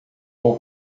vou